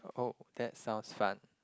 oh that sounds fun